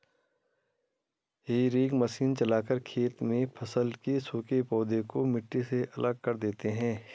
हेई rake मशीन चलाकर खेतों में फसल के सूखे पौधे को मिट्टी से अलग कर देते हैं